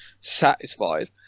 satisfied